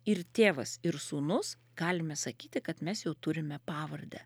ir tėvas ir sūnus galime sakyti kad mes jau turime pavardę